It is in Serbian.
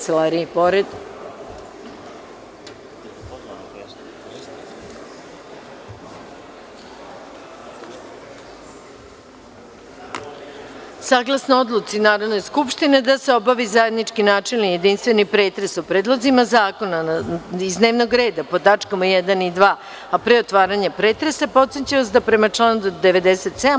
Saglasno Odluci Narodne skupštine da se obavi zajednički, načelni, jedinstveni pretres o predlozima zakona iz dnevnog reda po tačkama 1. i 2. a pre otvaranja pretresa podsećam vas da prema članu 97.